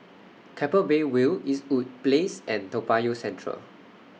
Keppel Bay View Eastwood Place and Toa Payoh Central